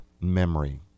memory